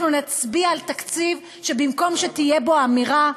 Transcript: אנחנו נצביע על תקציב שבמקום שתהיה בו אמירה,